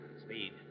Speed